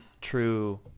true